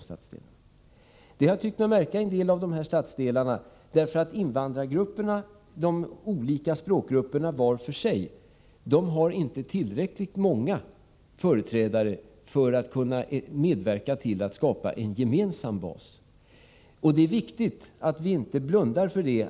Jag har tyckt mig märka det i en del stadsdelar. Invandrargrupperna och de olika språkgrupperna har inte var för sig tillräckligt många företrädare för att de skall kunna medverka till att skapa en gemensam bas. Det är viktigt att vi inte blundar för det.